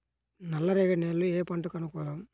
నల్లరేగడి నేలలు ఏ పంటలకు అనుకూలం?